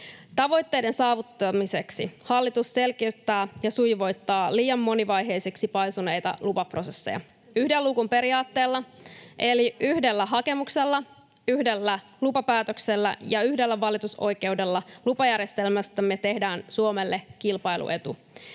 Tavoitteiden saavuttamiseksi hallitus selkiyttää ja sujuvoittaa liian monivaiheisiksi paisuneita lupaprosesseja. Yhden luukun periaatteella eli yhdellä hakemuksella, yhdellä lupapäätöksellä ja yhdellä valitusoikeudella lupajärjestelmästämme tehdään Suomelle kilpailuetu.